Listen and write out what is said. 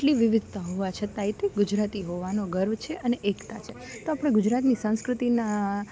આટલી વિવિધતાઓ હોવા છતાંય તે ગુજરાતી હોવાનો ગર્વ છે અને એકતા છે તો આપણે ગુજરાતની સંસ્કૃતિના